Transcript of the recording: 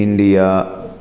India